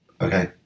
Okay